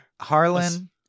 harlan